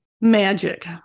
Magic